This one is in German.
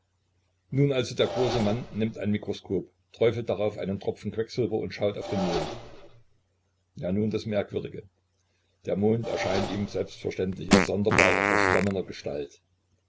nun also der große mann nimmt ein mikroskop träufelt darauf einen tropfen quecksilber und schaut auf den mond ja nun das merkwürdige der mond erscheint ihm selbstverständlich in sonderbarer verschwommener gestalt